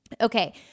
Okay